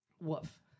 Woof